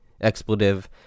expletive